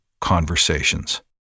conversations